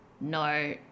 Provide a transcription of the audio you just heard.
No